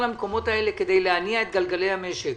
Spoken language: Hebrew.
המקומות האלה כדי להניע את גלגלי המשק.